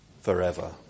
Forever